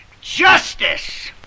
Justice